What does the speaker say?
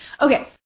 Okay